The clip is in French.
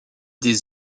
des